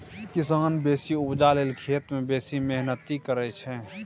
किसान बेसी उपजा लेल खेत मे बेसी मेहनति करय छै